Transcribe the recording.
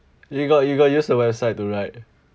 you got you got use the website to write